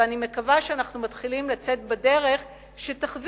ואני מקווה שאנחנו מתחילים לצאת לדרך שתחזיר